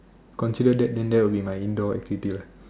consider that then that will be my indoor activity lah